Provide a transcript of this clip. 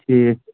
ٹھیٖک